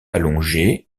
allongé